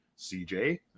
CJ